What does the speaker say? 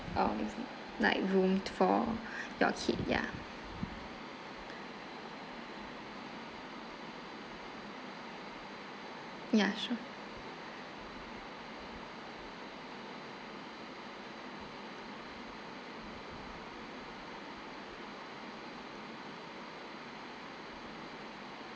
like room for your kid ya ya sure